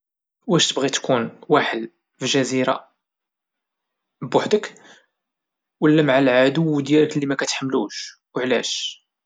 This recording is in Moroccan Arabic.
واش تبغي تكون واحل فجزيرة بوحدك ولا مع العدو ديالك اللي مكتحملوش؟